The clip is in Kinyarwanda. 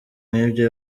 nkibyo